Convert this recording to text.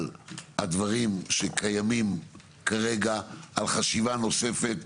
הדברים שקיימים כרגע על חשיבה נוספת,